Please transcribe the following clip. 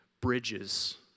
bridges